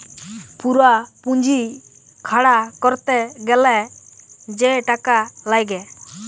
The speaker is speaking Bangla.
পুরা পুঁজি খাড়া ক্যরতে গ্যালে যে টাকা লাগ্যে